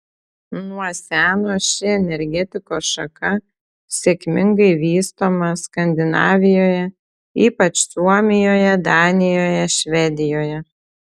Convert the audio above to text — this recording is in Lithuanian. nuo seno ši energetikos šaka sėkmingai vystoma skandinavijoje ypač suomijoje danijoje švedijoje